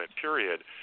period